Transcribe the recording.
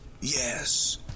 Yes